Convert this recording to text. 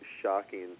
shocking